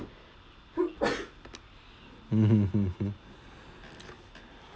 mmhmm hmm hmm